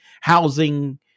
housing